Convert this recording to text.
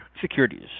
Securities